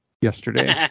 yesterday